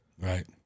Right